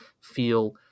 feel